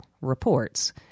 reports